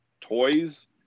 toys